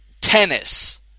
tennis